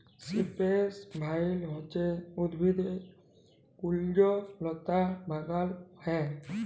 সিপেরেস ভাইল হছে উদ্ভিদ কুল্জলতা বাগালে হ্যয়